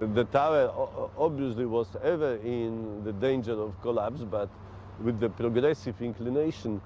the tower obviously was ever in the danger of collapse, but with the progressive inclination